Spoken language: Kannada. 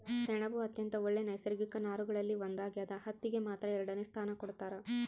ಸೆಣಬು ಅತ್ಯಂತ ಒಳ್ಳೆ ನೈಸರ್ಗಿಕ ನಾರುಗಳಲ್ಲಿ ಒಂದಾಗ್ಯದ ಹತ್ತಿಗೆ ಮಾತ್ರ ಎರಡನೆ ಸ್ಥಾನ ಕೊಡ್ತಾರ